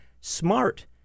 smart